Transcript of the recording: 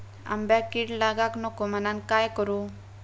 आंब्यक कीड लागाक नको म्हनान काय करू?